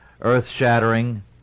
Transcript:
earth-shattering